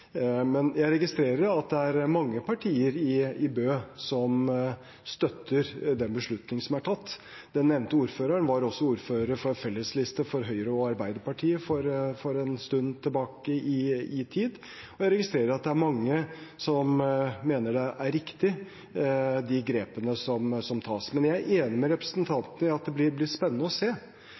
Men jeg registrerer at det er mange partier i Bø som støtter den beslutningen som er tatt. Den nevnte ordføreren var også ordfører for en fellesliste for Høyre og Arbeiderpartiet en stund tilbake i tid, og jeg registrerer at det er mange som mener at de grepene som tas, er riktige. Jeg er enig med representanten i at det blir spennende å se.